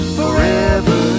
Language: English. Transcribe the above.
forever